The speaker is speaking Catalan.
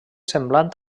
semblant